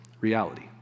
reality